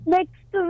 Next